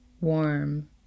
warm